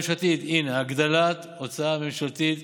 הינה, הגדלת ההוצאה הממשלתית